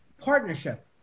partnership